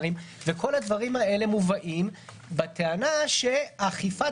וכל הדברים האלה מובאים בטענה שאכיפת